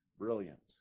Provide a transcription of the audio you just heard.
brilliant